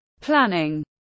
Planning